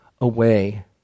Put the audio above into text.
away